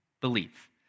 belief